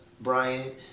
Bryant